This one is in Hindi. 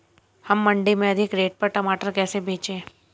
हम मंडी में अधिक रेट पर टमाटर कैसे बेचें?